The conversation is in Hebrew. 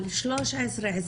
אבל 1325,